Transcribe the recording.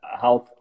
health